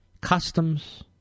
Customs